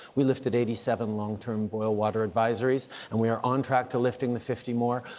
we lifted eighty seven long-term boil-water advisories and we're on track to lifting fifty more.